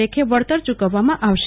લેખે વળતર યુકવવામાં આવશે